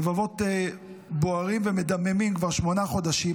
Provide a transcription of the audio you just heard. לבבות בוערים ומדממים כבר שמונה חודשים,